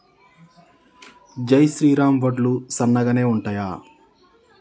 జై శ్రీరామ్ వడ్లు సన్నగనె ఉంటయా?